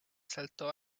saltó